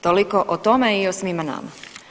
Toliko o tome i o svima nama.